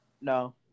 No